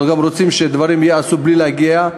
גם אנחנו רוצים שדברים ייעשו בלי להגיע,